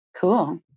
Cool